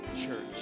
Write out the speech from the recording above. church